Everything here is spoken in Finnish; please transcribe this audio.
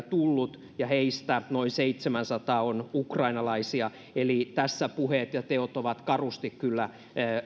tullut ja heistä noin seitsemänsataa on ukrainalaisia eli tässä puheet ja teot ovat karusti kyllä